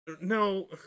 No